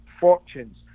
fortunes